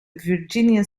virginia